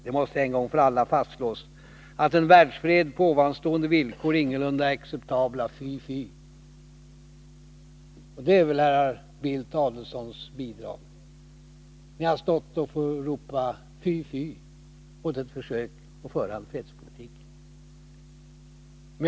Det måste en gång för alla fastslås att en världsfred på ovanstående villkor ingalunda är acceptabel — fy, fy! — Herrar Bildts och Adelsohns bidrag är väl att ni stått och ropat fy, fy åt ett försök att föra fredspolitik.